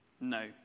No